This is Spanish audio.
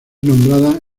nombrada